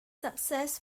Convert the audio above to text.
success